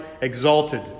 exalted